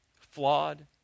Flawed